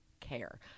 care